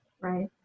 Right